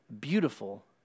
beautiful